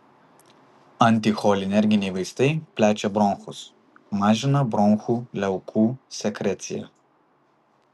anticholinerginiai vaistai plečia bronchus mažina bronchų liaukų sekreciją